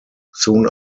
soon